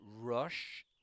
Rush